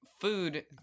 food